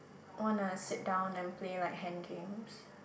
wanna sit down and play like hand games